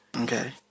Okay